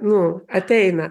nu ateina